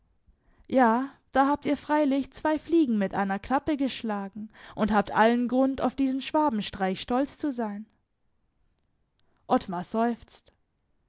ja da habt ihr freilich zwei fliegen mit einer klappe geschlagen und habt allen grund auf diesen schwabenstreich stolz zu sein ottmar seufzt